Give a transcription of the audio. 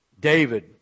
David